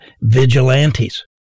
vigilantes